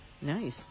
Nice